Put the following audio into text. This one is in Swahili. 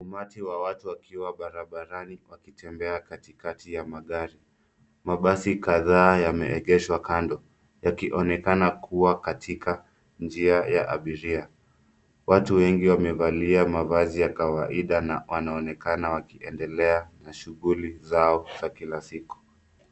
Umati wa watu wakiwa barabarani, wakitembea katikati ya umati wa magari, mabasi kadhaa yameegeshwa kando, yakionekana kuwa katika njia ya abiria. Watu wengi wamevalia mavazi ya kawaida na wanaonekana wakiendelea na shughuli zao, za kila siku.